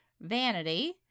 vanity